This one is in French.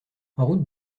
route